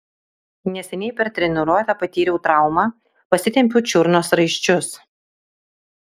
neseniai per treniruotę patyriau traumą pasitempiau čiurnos raiščius